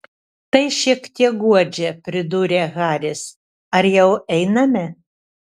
tai šiek tiek guodžia pridūrė haris ar jau einame